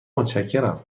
متشکرم